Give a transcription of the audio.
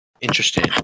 interesting